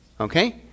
Okay